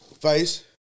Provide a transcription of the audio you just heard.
Face